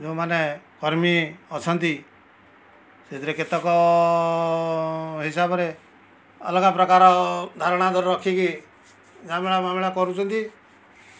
ଯୋଉମାନେ କର୍ମୀ ଅଛନ୍ତି ସେଥିରେ କେତକ ହିସାବରେ ଅଲଗା ପ୍ରକାର ଧାରଣା ଧର ରଖିକି ଝାବଡ଼ାମାବଡ଼ା କରୁଛନ୍ତି